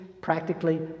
practically